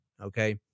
Okay